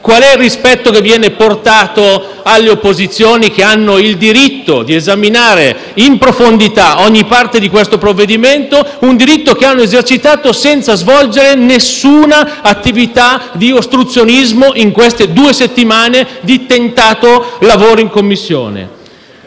Qual è il rispetto che viene portato alle opposizioni, che hanno il diritto di esaminare in profondità ogni parte del provvedimento, un diritto che hanno esercitato senza svolgere nessuna attività di ostruzionismo in queste due settimane di tentato lavoro in Commissione?